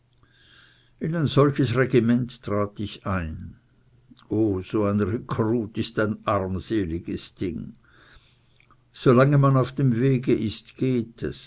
in ein solches regiment trat ich ein o so ein rekrut ist ein armselig ding so lang man auf dem wege zum depot ist geht es